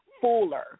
fuller